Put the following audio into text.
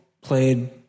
played